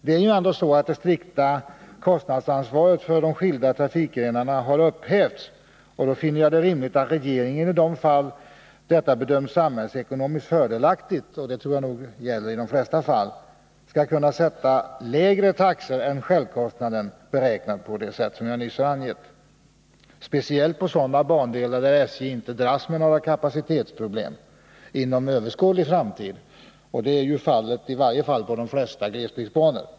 Det är ändå så att det strikta kostnadsansvaret för de skilda trafikgrenarna har upphävts, och då finner jag det rimligt att regeringen i de fall då detta bedöms vara samhällsekonomiskt fördelaktigt — och det tror jag gäller i de flesta fall — skall kunna sätta lägre taxor än självkostnaden, beräknat på det sätt som jag nyss har angett. Det torde vara möjligt speciellt på sådana bandelar där SJ inte dras med några kapacitetsproblem inom överskådlig tid, och det är förhållandet i varje fall på de flesta glesbygdsbanor.